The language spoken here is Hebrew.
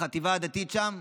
בחטיבה הדתית שם.